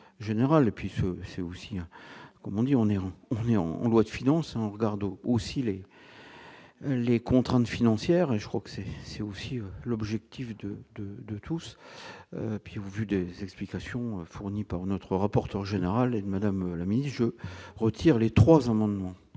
et puis c'est aussi un comme on dit, on est en vie en loi de finances en regardant aussi les contraintes financières et je crois que c'est, c'est aussi l'objectif de de de tous et puis vu des explications fournies par notre rapporteur général et de Madame Lamy je retire les 3 amendements.